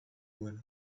duena